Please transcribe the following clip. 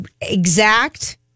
exact